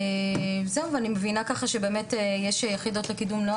ואני מבינה ככה שבאמת יש יחידות לקידום נוער